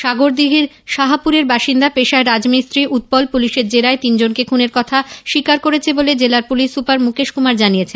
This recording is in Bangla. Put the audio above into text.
সাগরদিঘির সাহাপুরের বাসিন্দা পেশায় রাজমিস্ত্রি উৎপল পুলিশের জেরায় তিনজনকে খুনের কথা স্বীকার করেছে বলে জেলার পুলিশ সুপার মুকেশ কুমার জানিয়েছেন